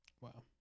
wow